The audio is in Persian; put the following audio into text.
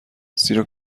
زیرا